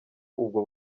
ubwo